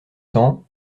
temps